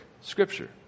Scripture